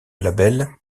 label